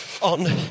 on